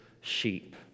sheep